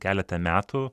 keletą metų